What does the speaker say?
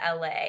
LA